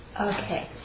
Okay